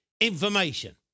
information